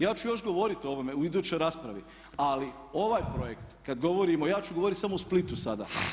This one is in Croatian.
Ja ću još govoriti o ovome u idućoj raspravi, ali ovaj projekt kad govorimo, ja ću govoriti samo o Splitu sada.